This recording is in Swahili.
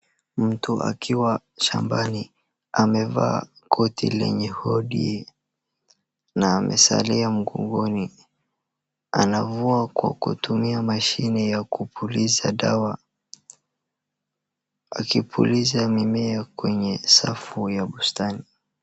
Mtu akiwa shambani amevaa koti lenye hoodie na amesare ya mgongoni. Anavua kwa kutumia mashine ya kupuliza dawa, akipuliza mimea kwenye safu ya bustani.